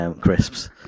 crisps